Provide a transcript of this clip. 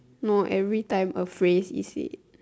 no every time a phrase is said